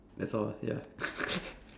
that's all [what] ya